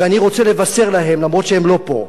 ואני רוצה לבשר להם, אף שהם לא פה,